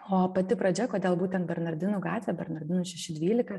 o pati pradžia kodėl būtent bernardinų gatvė bernardinų šeši dvylika